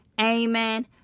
Amen